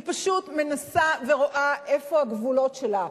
היא פשוט מנסה ורואה איפה הגבולות שלה.